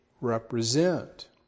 represent